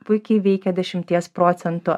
puikiai veikia dešimties procentų